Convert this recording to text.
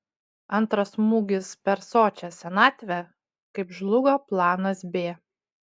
antras smūgis per sočią senatvę kaip žlugo planas b